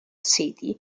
city